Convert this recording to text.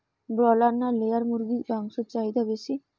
Broiler না layer মুরগির মাংসর চাহিদা বেশি?